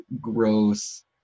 gross